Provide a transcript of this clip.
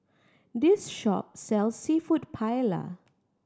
this shop sells Seafood Paella